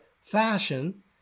fashion